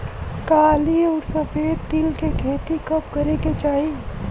काली अउर सफेद तिल के खेती कब करे के चाही?